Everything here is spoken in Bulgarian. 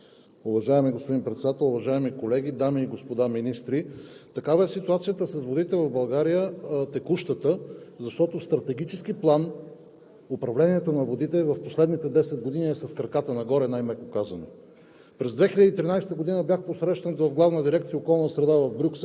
Уважаеми господин Председател, уважаеми колеги, дами и господа министри! Такава е текущата ситуация с водите в България, защото в стратегически план управлението на водите в последните 10 години е с краката нагоре, най-меко казано.